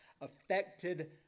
affected